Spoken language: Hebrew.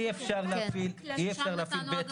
יהיה "חוק התחשבנות בין בתי חולים לקופות חולים לשנים 2021 עד